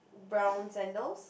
brown sandals